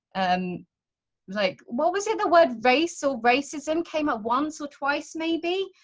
um like what we say. the word race or racism came at once or twice maybe,